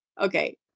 okay